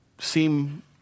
seem